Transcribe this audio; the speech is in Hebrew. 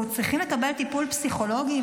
שצריכים לקבל טיפול פסיכולוגי,